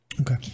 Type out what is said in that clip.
Okay